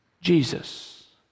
Jesus